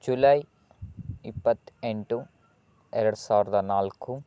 July ಇಪ್ಪತ್ತೆಂಟು ಎರಡು ಸಾವಿರದ ನಾಲ್ಕು